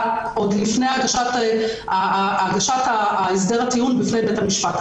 עוד לפני הגשת הסדר הטיעון בפני בית המשפט,